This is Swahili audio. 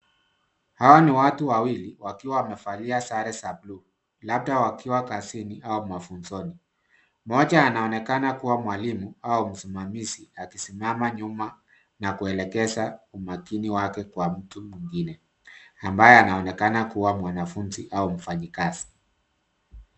Hawa ni watu wawili wakiwa wamevalia sare za buluu labda wakiwa kazini au mafunzoni mmoja anaonekna kua mwalimu au msimamizi akisimama nyuma na kuelekeza makini watu kwa mtu mwingine ambaye anaonekana kua mwanafunzi au mfanyikazi.